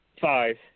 Five